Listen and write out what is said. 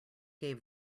gave